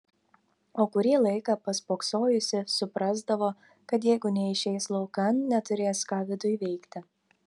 o kurį laiką paspoksojusi suprasdavo kad jeigu neišeis laukan neturės ką viduj veikti